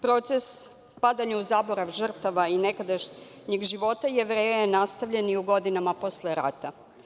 Proces padanja u zaborav žrtava i nekadašnjeg života Jevreja je nastavljen i u godinama posle rata.